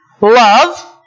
love